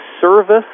service